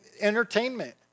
entertainment